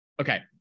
Okay